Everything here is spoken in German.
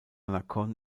nakhon